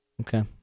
Okay